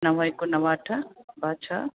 नव हिक नव अठ ॿ छह